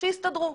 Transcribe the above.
שיסתדרו.